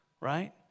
right